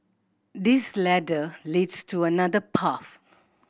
this ladder leads to another path